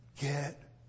get